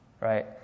right